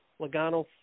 Logano